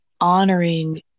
honoring